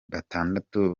batandatu